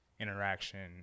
interaction